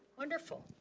wonderful.